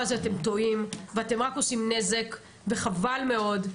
הזה אתם טועים ואתם רק עושים נזק וחבל מאוד,